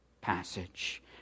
passage